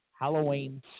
Halloween